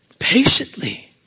Patiently